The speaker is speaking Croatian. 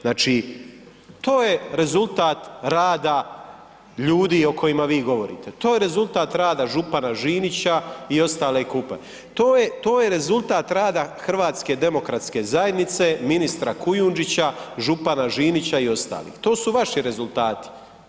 Znači to je rezultat ljudi o kojima vi govorite, to je rezultat rada župana Žinića i ostale ekipe, to je rezultat rada HDZ-a, ministra Kujudžića, župana Žinića i ostalih, to su vaši rezultati.